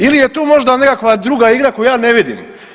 Ili je tu možda nekakva druga igra koju ja ne vidim?